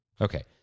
Okay